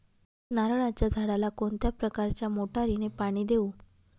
नारळाच्या झाडाला कोणत्या प्रकारच्या मोटारीने पाणी देऊ?